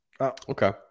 Okay